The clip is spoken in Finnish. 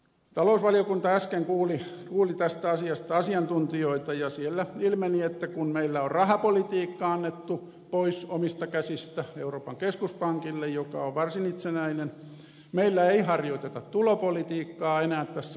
talousvaliokunta äsken kuuli tästä asiasta asiantuntijoita ja siellä ilmeni että kun meillä on rahapolitiikka annettu pois omista käsistä euroopan keskuspankille joka on varsin itsenäinen niin meillä ei harjoiteta tulopolitiikkaa enää tässä maassa